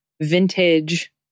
vintage